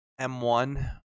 m1